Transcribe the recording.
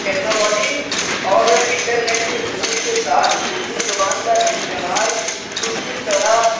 technology اور internet کے عروج کے ساتھ اردو زبان کا استعمال کچھ اس طرح